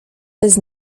bez